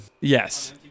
Yes